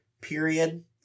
period